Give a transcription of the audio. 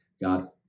God